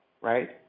right